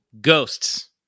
Ghosts